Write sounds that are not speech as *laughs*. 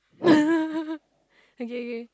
*laughs* okay okay